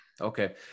Okay